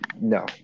no